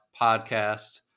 podcast